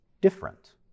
different